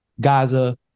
Gaza